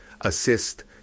assist